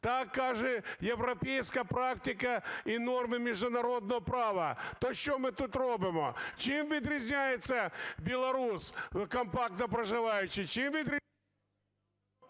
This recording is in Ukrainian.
Так каже європейська практика і норми міжнародного права. То що ми тут робимо? Чим відрізняється білорус, компактно проживаючий? Чим… ГОЛОВУЮЧИЙ. Я